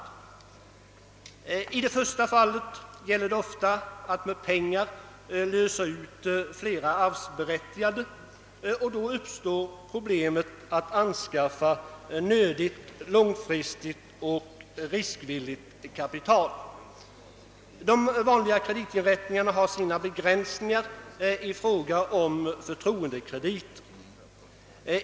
I det första fallet gäller det ofta att med pengar lösa ut flera aryvsberättigade, och då uppstår problemet att anskaffa nödigt långfristigt och riskvilligt kapital. De vanliga kreditinrättningarna har sina begränsningar i fråga om förtroendekrediter.